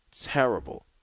terrible